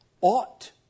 ought